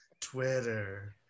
Twitter